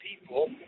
people